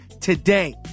today